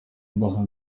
mbaho